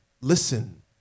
listen